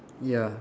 ya